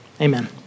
Amen